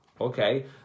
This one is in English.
Okay